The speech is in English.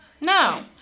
no